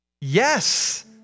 Yes